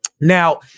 Now